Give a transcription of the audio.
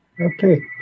okay